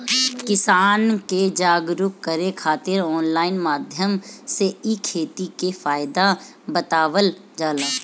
किसान के जागरुक करे खातिर ऑनलाइन माध्यम से इ खेती के फायदा बतावल जाला